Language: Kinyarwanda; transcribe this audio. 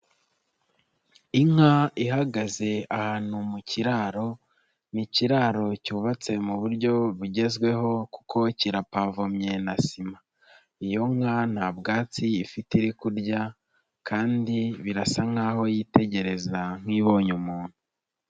Inka ihagaze ahantu mu kiraro, ni ikiraro cyubatse mu buryo bugezweho kuko kirapavomye na sima. Iyo nka nta bwatsi ifite iri kurya kandi birasa nk'aho yitegereza nk'ibonye umuntu.